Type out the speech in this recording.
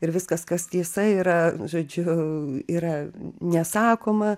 ir viskas kas tiesa yra žodžiu yra nesakoma